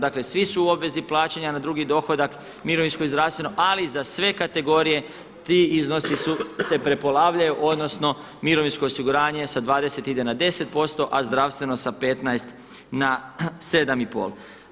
Dakle, svi su u obvezi plaćanja na drugi dohodak mirovinsko i zdravstveno, ali za sve kategorije ti iznosi se prepolavljaju, odnosno mirovinsko osiguranje sa 20 ide na 10%, a zdravstveno sa 15 na 7 i pol.